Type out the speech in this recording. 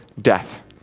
death